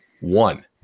One